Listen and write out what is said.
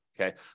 Okay